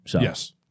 Yes